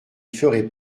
ferai